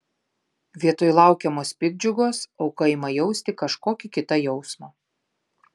vietoj laukiamos piktdžiugos auka ima jausti kažkokį kitą jausmą